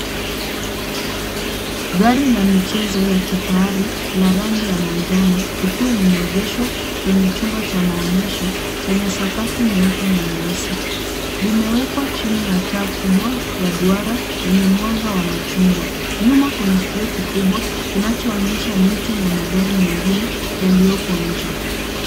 Gari la michezo la kifahari la rangi ya manjano, likiwa limeegeshwa kwenye chumba cha maonyesho chenye sakafu nyeupe na nyeusi. Limewekwa chini ya taa kubwa ya duara yenye mwanga wa machungwa. Nyuma kuna kioo kikubwa kinachoonyesha miti na magari mengine yaliyoko nje.